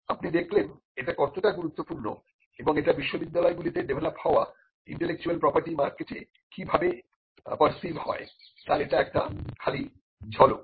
আপনি দেখলেন এটা কতটা গুরুত্বপূর্ণ এবং এটা বিশ্ববিদ্যালয়গুলি তে ডেভেলপ হওয়া ইন্টেলেকচুয়াল প্রপার্টি মার্কেটে কিভাবে পার্সিভ হয় তার এটা একটা খালি ঝলক